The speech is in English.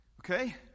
Okay